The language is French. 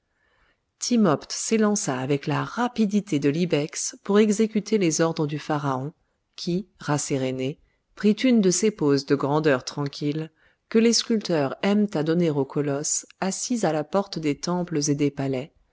s'élança avec la rapidité de l'ibex pour exécuter les ordres du pharaon qui rasséréné prit une de ces poses de grandeur tranquille que les sculpteurs aiment à donner aux colosses assis à la porte des temples et des palais